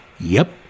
Yep